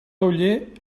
oller